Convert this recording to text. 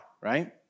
right